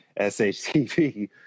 SHTV